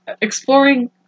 exploring